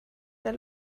der